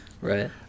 Right